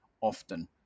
often